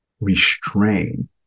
restrain